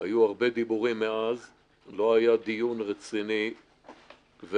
היו הרבה דיבורים מאז אבל לא היה דיון רציני וממוקד,